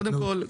קודם כול,